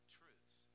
truth